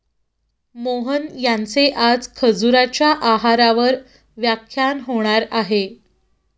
मोहन यांचे आज खजुराच्या आहारावर व्याख्यान होणार आहे